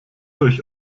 euch